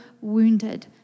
wounded